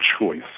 choice